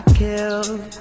killed